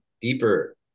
deeper